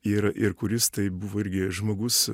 ir ir kuris tai buvo irgi žmogus